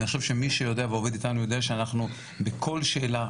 ואני חושב שמי שעובד איתנו יודע שאנחנו בכל שאלה,